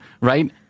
right